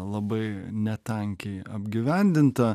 labai ne tankiai apgyvendinta